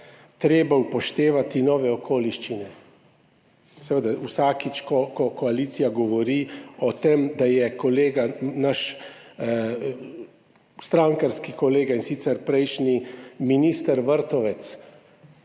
treba upoštevati nove okoliščine. Seveda, vsakič, ko koalicija govori o tem, da je naš strankarski kolega, in sicer prejšnji minister Vrtovec,